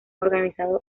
organizado